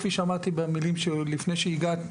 כפי שאמרתי לפני שהגעת,